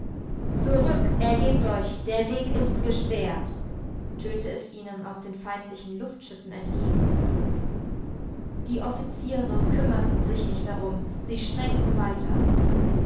zurück ergebt euch der weg ist gesperrt tönte es ihnen aus den feindlichen luftschiffen entgegen die offiziere kümmerten sich nicht darum sie sprengten weiter